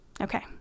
okay